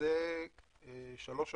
מזה שלוש שנים.